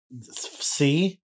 see